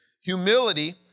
Humility